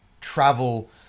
travel